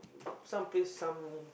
some place some